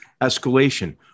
escalation